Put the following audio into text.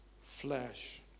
flesh